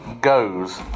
goes